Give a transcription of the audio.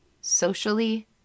socially